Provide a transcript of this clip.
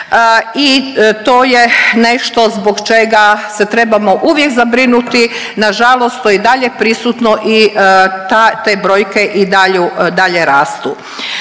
i to je nešto zbog čega se trebamo uvijek zabrinuti, nažalost to je i dalje prisutno i te brojke i dalje rastu.